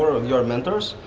were your mentors?